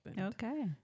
Okay